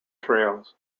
trails